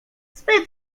zbyt